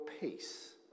peace